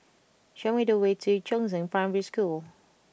show me the way to Chongzheng Primary School